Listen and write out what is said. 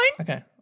okay